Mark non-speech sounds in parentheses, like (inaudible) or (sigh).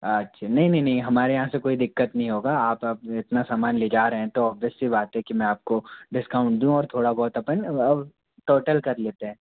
अच्छा नहीं नहीं नहीं हमारे यहाँ से कोई दिक्कत नहीं होगी आप (unintelligible) इतना समान ले जा रहे हैं तो ओवियस सी बात है कि मैं आपको डिस्काउंट दूँ और थोड़ा बहुत अपन टोटल कर लेते हैं